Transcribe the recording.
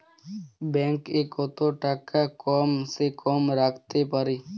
Bank এ কত টাকা কম সে কম রাখতে পারি?